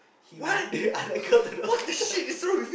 he bring the other girl to the hospital